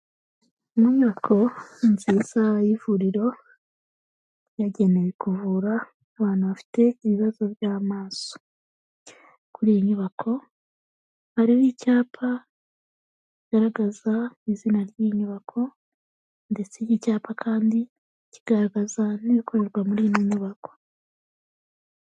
Inyubako nziza y'ivuriro, yagenewe kuvura abantu bafite ibibazo by'amaso, kuri iyi nyubako ariho icyapa kigaragaza izina ry'iyi nyubako ndetse'icyapa kandi kigaragaza n'ibikorerwa muri ino nyubako.